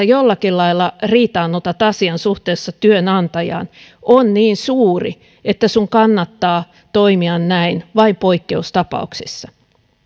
jollakin lailla riitaannuttaa asian suhteessa työnantajaan on niin suuri että hänen kannattaa toimia näin vain poikkeustapauksessa